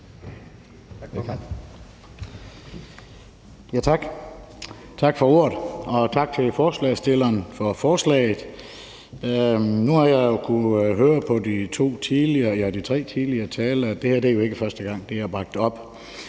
Tak for ordet, og tak til forslagsstillerne for forslaget. Nu har jeg jo kunnet høre på tre tidligere talere, at det ikke er første gang, det er blevet bragt det